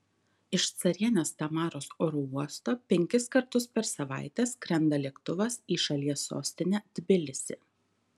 iš carienės tamaros oro uosto penkis kartus per savaitę skrenda lėktuvas į šalies sostinę tbilisį